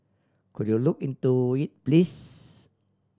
could you look into it please